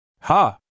Ha